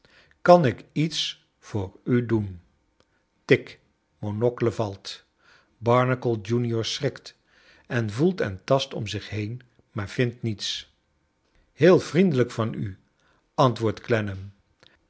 kan ik iets voor u doen tik monocle valt barnacle junior schrikt en voelt en tast om zich heen maar vindt nicts heel vriendelijk van u antwoordt